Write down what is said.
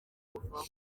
kubuvaho